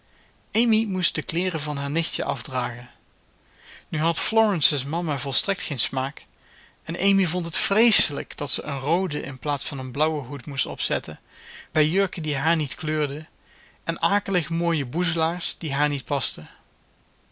amy moest de kleeren van haar nichtje afdragen nu had florence's mama volstrekt geen smaak en amy vond het vreeselijk dat ze een rooden in plaats van een blauwen hoed moest opzetten bij jurken die haar niet kleurden en akelig mooie boezelaars die haar niet pasten